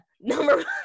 number